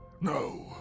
No